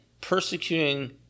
persecuting